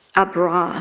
a bra